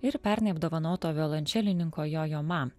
ir pernai apdovanoto violončelininko jojama